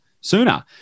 sooner